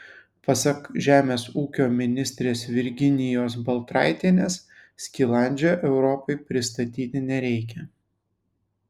pasak žemės ūkio ministrės virginijos baltraitienės skilandžio europai pristatyti nereikia